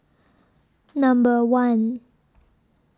Number one